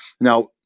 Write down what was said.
Now